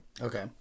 Okay